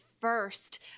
first